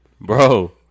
Bro